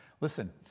Listen